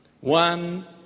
One